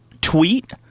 tweet